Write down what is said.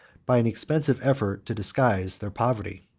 by an expensive effort to disguise their poverty.